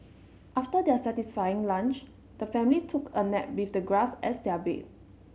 after their satisfying lunch the family took a nap with the grass as their bed